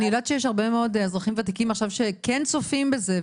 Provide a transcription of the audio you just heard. אני יודעת שיש הרבה מאוד אזרחים ותיקים עכשיו שכן צופים בזה,